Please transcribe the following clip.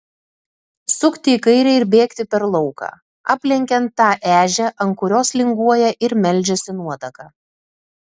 sukti į kairę ir bėgti per lauką aplenkiant tą ežią ant kurios linguoja ir meldžiasi nuotaka